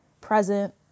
present